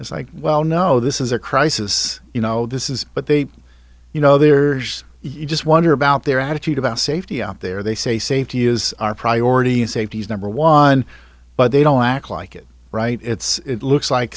ixed as i well know this is a crisis you know this is what they you know there's you just wonder about their attitude about safety out there they say safety is our priority and safety is number one but they don't act like it right it's it looks like